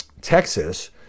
Texas